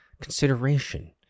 consideration